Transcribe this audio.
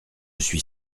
suis